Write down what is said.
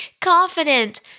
confident